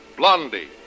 Blondie